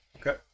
Okay